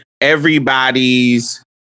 everybody's